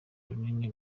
runini